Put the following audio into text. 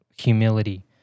Humility